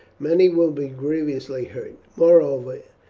many will be grievously hurt. moreover,